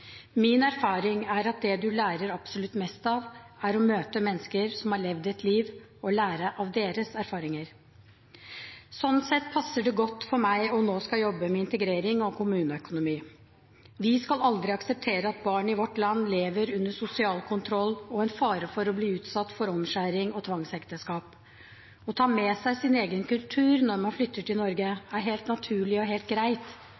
Min erfaring er at det en lærer absolutt mest av, er å møte mennesker som har levd et liv, og lære av deres erfaringer. Sånn sett passer det godt for meg nå å skulle jobbe med integrering og kommuneøkonomi. Vi skal aldri akseptere at barn i vårt land lever under sosial kontroll og med fare for å bli utsatt for omskjæring og tvangsekteskap. Å ta med seg sin egen kultur når man flytter til Norge, er helt naturlig og helt greit.